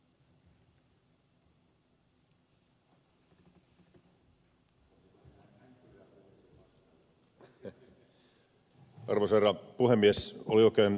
oli oikein paikallaan että ed